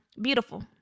beautiful